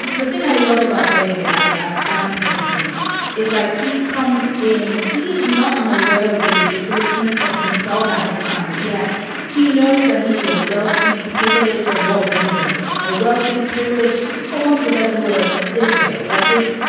the thing i love about david as as dan plays him is like he comes in he is not unaware of the ridiculousness of himself and his family. yes he knows ah he is a wealthy privilege or was anyway a wealthy privileged for want of a better word dickhead like this.